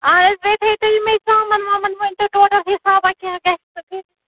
اَہن حظ بیٚیہِ تھٲیِتو تُہۍ یِمَے ژامَن وامَن ؤنۍتو ٹوٹَل حسابَہ کیٛاہ گژھِ تہٕ